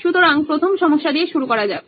সুতরাং প্রথম সমস্যা দিয়ে শুরু করা যাক